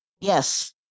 Yes